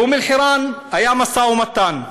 באום-אלחיראן היה משא-ומתן.